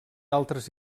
altres